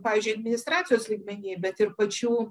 pavyzdžiui administracijos lygmenyje bet ir pačių